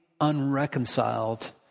unreconciled